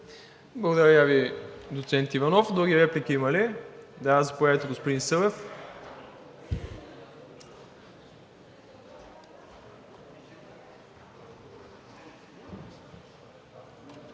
Благодаря Ви, доцент Иванов. Други реплики има ли? Заповядайте, господин Събев.